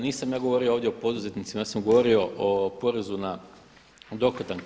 Nisam ja govorio ovdje o poduzetnicima, ja sam govorio o porezu na dohodak.